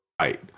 right